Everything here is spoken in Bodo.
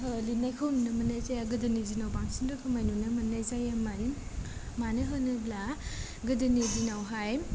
लिरनायखौ नुनो मोनाय जाया गोदोनि दिनाव बांसिन रोखोमै नुनो मोननाय जायोमोन मानोहोनोब्ला गोदोनि दिनावहाय